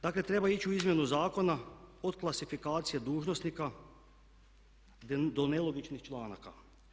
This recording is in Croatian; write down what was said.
Dakle treba ići u izmjenu zakona od klasifikacije dužnosnika do nelogičnih članaka.